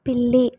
పిల్లి